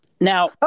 now